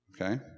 Okay